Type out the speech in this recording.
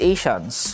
Asians